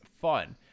fun